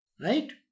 right